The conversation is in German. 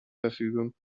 verfügung